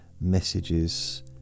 messages